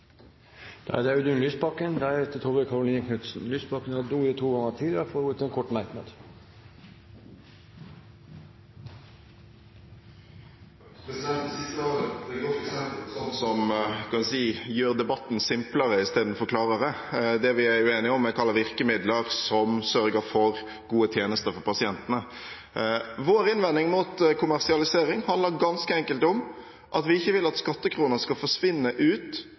Audun Lysbakken har hatt ordet to ganger tidligere i debatten og får ordet til en kort merknad, begrenset til 1 minutt. Det siste var vel et godt eksempel på slikt som – hva skal jeg si – gjør debatten simplere istedenfor klarere. Det vi er uenige om, er hva slags virkemidler som sørger for gode tjenester for pasientene. Vår innvending mot kommersialisering handler ganske enkelt om at vi ikke vil at skattekroner skal forsvinne ut